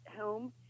home